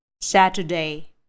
Saturday